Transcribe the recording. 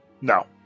No